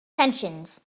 pensions